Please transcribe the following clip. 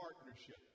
partnership